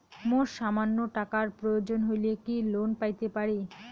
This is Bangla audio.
মোর সামান্য টাকার প্রয়োজন হইলে কি লোন পাইতে পারি?